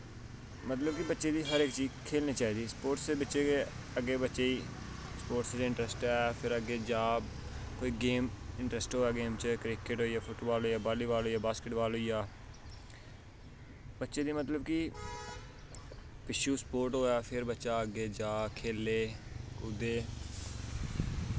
मतलब कि बच्चें गी हर इक चीज़ खेलनी चाहिदा स्पोटस दे बिच्च गै अग्गें बच्चे गी स्पोटस दा इंट्रस्ट ऐ फिर अग्गें जा कोई गेम इंट्रस्ट होऐ गेम च क्रिकेट होई गेआ फुट्टबॉल होई गेआ बाली बाल होई गेआ बास्केट ब़ाल होई गेआ बच्चें दी मतलब कि पिच्छू स्पोट होऐ फिर बच्चा अग्गें जा खेले कुूदे